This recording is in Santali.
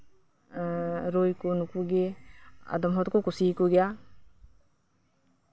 ᱨᱩᱭ ᱠᱚ ᱟᱫᱚᱢ ᱦᱚᱲ ᱠᱚ ᱠᱩᱥᱤ ᱟᱠᱚ ᱜᱮᱭᱟ